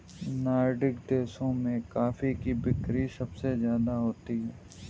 Nordic देशों में coffee की बिक्री सबसे ज्यादा होती है